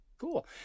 cool